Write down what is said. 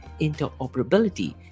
interoperability